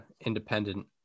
independent